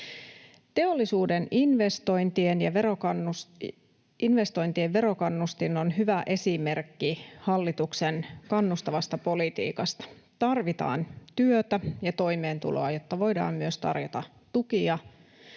Teollisuuden investointien verokannustin on hyvä esimerkki hallituksen kannustavasta politiikasta. Tarvitaan työtä ja toimeentuloa, jotta voidaan myös tarjota tukia